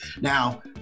Now